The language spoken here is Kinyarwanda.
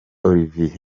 olivier